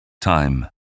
time